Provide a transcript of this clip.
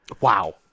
Wow